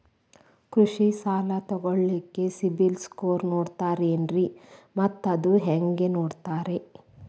ಕೃಷಿ ಸಾಲ ತಗೋಳಿಕ್ಕೆ ಸಿಬಿಲ್ ಸ್ಕೋರ್ ನೋಡ್ತಾರೆ ಏನ್ರಿ ಮತ್ತ ಅದು ಹೆಂಗೆ ನೋಡ್ತಾರೇ?